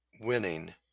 Winning